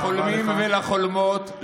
לחולמים ולחולמות,